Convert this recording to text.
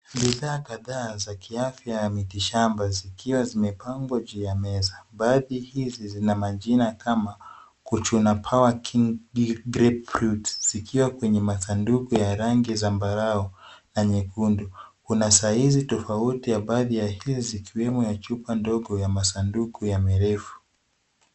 Bidhaa kadhaa za kiafya ya miti shamba zikiwa zimepangwa juu ya meza. Baadhi hizi zina majina kama, Kuchuna Power King Deep Grip Roots, zikiwa kwenye masanduku ya rangi zambarau na nyekundu. Kuna saizi tofauti ya baadhi ya hizi, zikiwemo chupa ndogo ya masanduku ya mirefu.